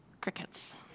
Crickets